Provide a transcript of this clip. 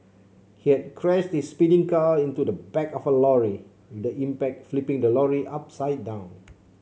he had crashed his speeding car into the back of a lorry with the impact flipping the lorry upside down